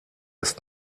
ist